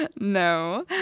No